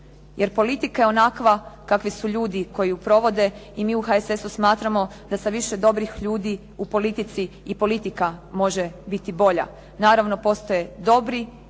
Jer politika je onakva kakvi su ljudi koji ju provode. I mi u HSS-u smatramo da sa više dobrih ljudi u politici i politika može biti bolja. Naravno postoje dobri i